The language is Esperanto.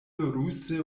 ruse